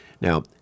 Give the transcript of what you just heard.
Now